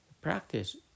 Practice